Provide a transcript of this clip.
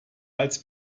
als